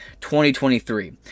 2023